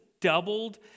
doubled